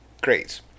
great